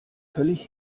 völlig